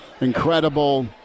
Incredible